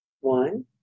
One